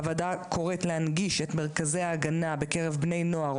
הוועדה קוראת להנגיש את מרכזי ההגנה בקרב בני נוער,